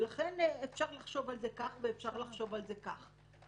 לכן אפשר לחשוב על זה כך ואפשר לחשוב על זה כך.